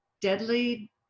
deadly